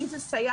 אם זה סייעת,